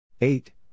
Eight